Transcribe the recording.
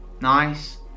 Nice